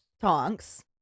Tonks